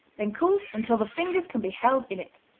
then cooled until the fingers can be held in it.